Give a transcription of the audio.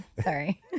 Sorry